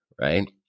right